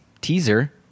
teaser